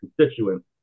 constituents